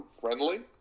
friendly